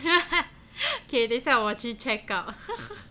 okay 等一下我去 check out